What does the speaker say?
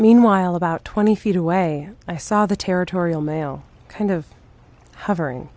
meanwhile about twenty feet away i saw the territorial male kind of hovering